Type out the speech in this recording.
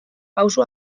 pausu